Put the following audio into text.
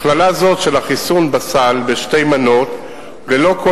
הכללה זו של החיסון בסל בשתי מנות ללא כל